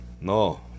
No